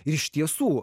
ir iš tiesų